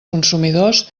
consumidors